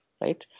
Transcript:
right